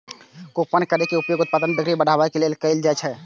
coupon केर उपयोग उत्पादक बिक्री बढ़ाबै लेल कैल जाइ छै